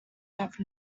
have